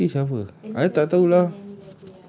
ernie zakri siapa I tak tahu lah